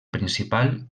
principal